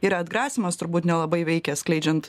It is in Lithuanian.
ir atgrasymas turbūt nelabai veikia skleidžiant